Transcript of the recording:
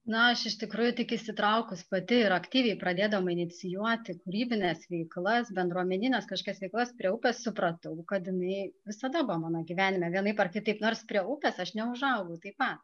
na aš iš tikrųjų tik įsitraukus pati ir aktyviai pradėdama inicijuoti kūrybines veiklas bendruomenines kažkokias veiklas prie upės supratau kad jinai visada buvo mano gyvenime vienaip ar kitaip nors prie upės aš neužaugau taip pat